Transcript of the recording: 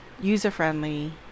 user-friendly